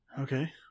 Okay